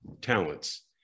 talents